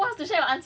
can lah but like